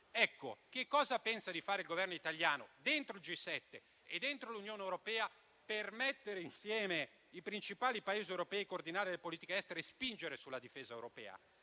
Cosa pensa di fare il Governo italiano nel G7 e dentro l'Unione europea per mettere insieme i principali Paesi europei, coordinare le politiche estere e spingere sulla difesa europea?